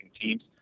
teams